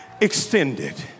extended